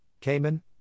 Cayman